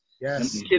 Yes